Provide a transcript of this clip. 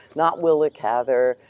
not willa cather,